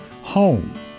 Home